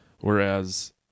whereas